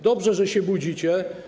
Dobrze, że się budzicie.